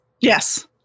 Yes